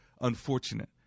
unfortunate